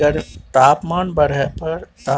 तापमान बढ़य पर गर्मी आ उमस के माहौल बनल रहय छइ